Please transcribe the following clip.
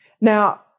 Now